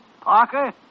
Parker